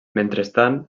mentrestant